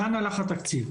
לאן הלך התקציב?